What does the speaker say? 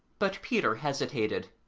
but peter hesitated.